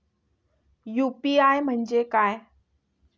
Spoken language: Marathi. यु.पी.आय म्हणजे काय?